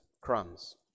crumbs